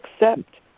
accept